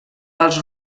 els